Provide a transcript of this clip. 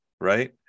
right